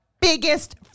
biggest